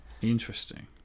Interesting